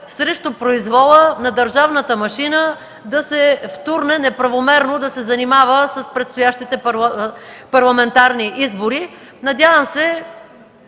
срещу произвола на държавната машина да се втурне неправомерно да се занимава с предстоящите парламентарни избори. Надявам се,